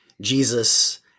Jesus